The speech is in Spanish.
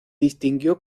distinguió